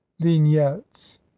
vignettes